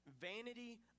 Vanity